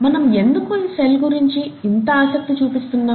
మనం ఎందుకు ఈ సెల్ గురించి ఇంత ఆసక్తి చూపిస్తున్నాం